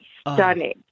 stunning